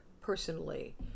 personally